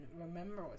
remember